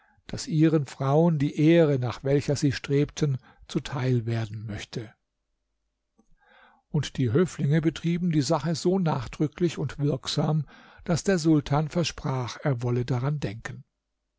daß ihren frauen die ehre nach welcher sie strebten zuteil werden möchte und die höflinge betrieben die sache so nachdrücklich und wirksam daß der sultan versprach er wolle daran denken